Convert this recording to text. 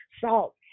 salt